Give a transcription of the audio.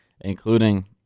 including